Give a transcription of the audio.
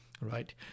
Right